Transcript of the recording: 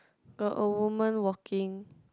got a woman walking